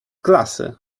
klasy